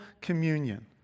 communion